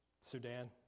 Sudan